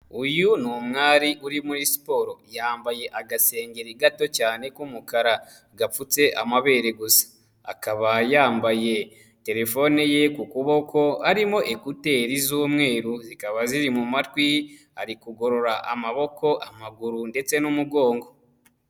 Uyu ni umwari uri muri siporo. Yambaye agasengeri gato cyane k'umukara, gapfutse amabere gusa. Akaba yambaye telefone ye ku kuboko, harimo ekuteri z'umweru zikaba ziri mu matwi, ari kugorora amaboko, amaguru, ndetse n'umugongo.